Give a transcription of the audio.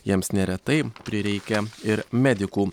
jiems neretai prireikia ir medikų